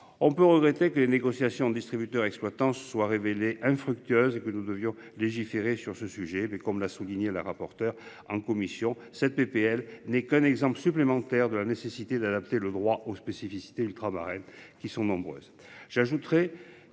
on peut regretter que les négociations distributeurs, exploitants soient révélées infructueuses et que nous devions légiférer sur ce sujet mais comme l'a souligné la rapporteure en commission cette PPL n'est qu'un exemple supplémentaire de la nécessité d'adapter le droit aux spécificités ultramarines. Qui sont nombreuses.